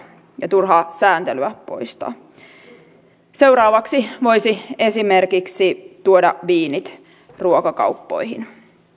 ja turhaa sääntelyä poistaa seuraavaksi voisi esimerkiksi tuoda viinit ruokakauppoihin